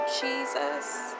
Jesus